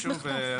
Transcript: שוב,